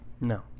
No